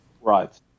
Right